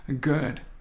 good